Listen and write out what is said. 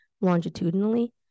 longitudinally